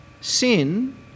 Sin